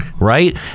right